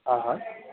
हा हा